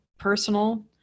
personal